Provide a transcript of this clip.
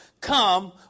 come